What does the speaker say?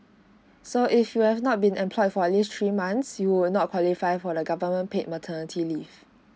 so if you have not been employed for at least three months you will not qualify for the government paid maternity leave